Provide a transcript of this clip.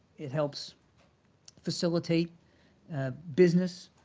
it helps facilitate business,